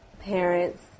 Parents